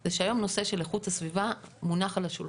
זה שהיום נושא של איכות הסביבה מונח על השולחן.